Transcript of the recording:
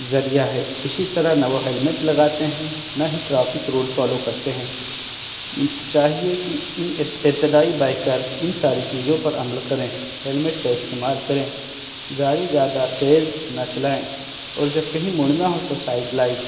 ذریعہ ہے اسی طرح نہ وہ ہیلمٹ لگاتے ہیں نہ ہی ٹرافک رول فالو کرتے ہیں چاہیے کہ ان ابتدائی بائکر ان ساری چیزوں پر عمل کریں ہیلمٹ کا استعمال کریں گاڑی زیادہ تیز نہ چلائیں اور جب کہیں مڑنا ہو تو سائڈ لائٹ